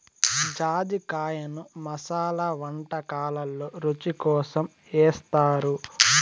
జాజికాయను మసాలా వంటకాలల్లో రుచి కోసం ఏస్తారు